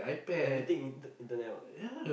everything internet what